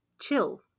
chill